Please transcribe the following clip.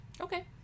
Okay